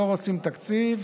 לא רוצים תקציב,